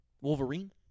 Wolverine